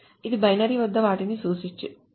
ఇది బైనరీ పెద్ద వాటిని సూచిస్తుంది